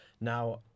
Now